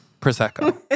Prosecco